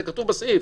זה כתוב בסעיף,